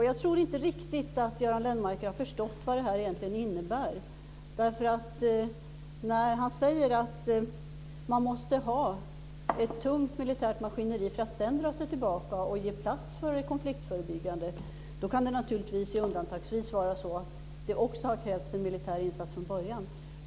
Jag tror inte riktigt att Göran Lennmarker har förstått vad det här egentligen innebär. När han säger att man måste ha ett tungt militärt maskineri för att sedan dra sig tillbaka och ge plats för konfliktförebyggande, kan det naturligtvis undantagsvis vara så att det också har krävts en militär insats från början.